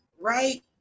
right